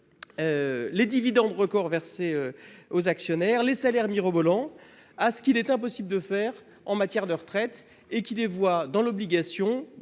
les dividendes records versés aux actionnaires, les salaires mirobolants, à ce qu'il est « impossible » de faire en matière de retraite, cette prétendue impossibilité